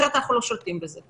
אחרת אנחנו לא שולטים בזה.